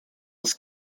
aus